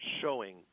showing